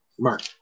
Mark